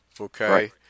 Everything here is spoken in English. Okay